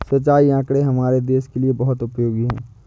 सिंचाई आंकड़े हमारे देश के लिए बहुत उपयोगी है